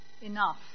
Enough